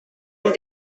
and